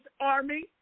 Army